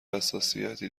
حساسیتی